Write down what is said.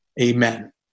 Amen